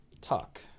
talk